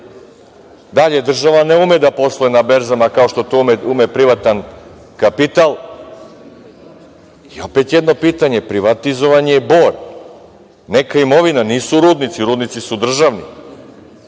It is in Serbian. Dalje, država ne ume da posluje na berzama kao što to ume privatan kapital. I opet jedno pitanje. Privatizovan je Bor, neka imovina, nisu rudnici, rudnici su državni.